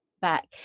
back